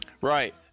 Right